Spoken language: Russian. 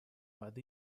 воды